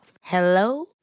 Hello